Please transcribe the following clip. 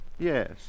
Yes